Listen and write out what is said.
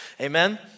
Amen